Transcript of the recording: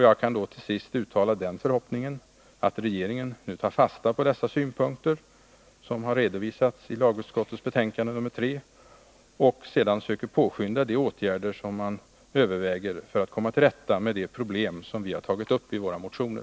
Jag kan då till sist uttala den förhoppningen, att regeringen tar fasta på de synpunkter som har redovisats i lagutskottets betänkande nr 3 och söker påskynda de åtgärder som man överväger för att komma till rätta med de problem som vi har tagit upp i våra motioner.